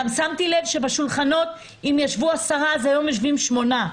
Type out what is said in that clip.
גם שמתי לב שבשולחנות אם ישבו עשרה אז היום יושבים שמונה.